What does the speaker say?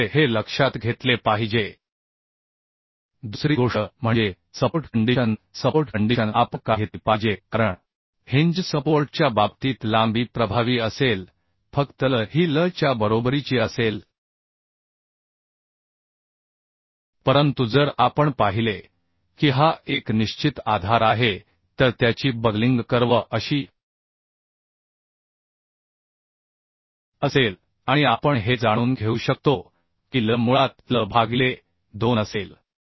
त्यामुळे हे लक्षात घेतले पाहिजे दुसरी गोष्ट म्हणजे सपोर्ट कंडिशन सपोर्ट कंडिशन आपण का घेतली पाहिजे कारण हिंज सपोर्टच्या बाबतीत लांबी प्रभावी असेल फक्त L ही L च्या बरोबरीची असेल परंतु जर आपण पाहिले की हा एक निश्चित आधार आहे तर त्याची बकलिंग कर्व अशी असेल आणि आपण हे जाणून घेऊ शकतो की L मुळात L भागिले 2 असेल